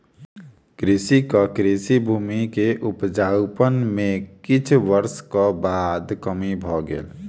कृषकक कृषि भूमि के उपजाउपन में किछ वर्षक बाद कमी भ गेल